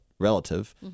relative